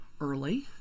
early